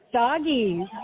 doggies